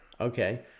Okay